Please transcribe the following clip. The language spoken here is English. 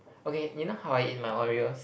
okay you know how I eat my Oreos